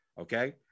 Okay